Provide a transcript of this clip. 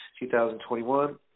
2021